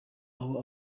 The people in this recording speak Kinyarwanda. aho